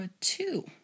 Two